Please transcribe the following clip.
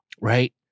right